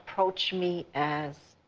approach me as,